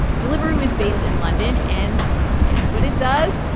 deliveroo is based in london. and guess what it does.